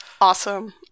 Awesome